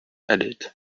added